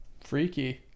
freaky